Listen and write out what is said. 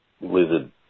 lizard